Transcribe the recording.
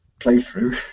playthrough